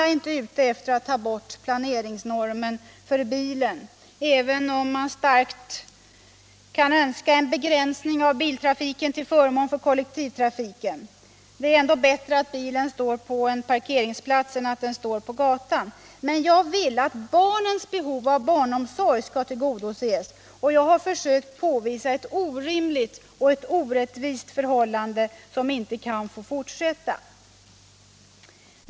Jag är inte ute efter att ta bort planeringsnormen för bilen, även om man starkt önskar en begränsning av biltrafiken till förmån för kollektivtrafiken. Det är ändå bättre att bilen står på en parkeringsplats än att den står på gatan. Men jag vill att barnens behov av barnomsorg skall tillgodoses, och jag har försökt påvisa ett orimligt och orättvist förhållande som inte kan få fortsätta.